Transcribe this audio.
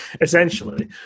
essentially